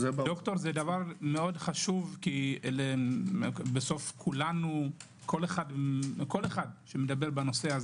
זה מאוד חשוב, כי כל אחד שמדבר בנושא,